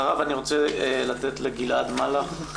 אחריו אני רוצה לתת לגלעד מלאך,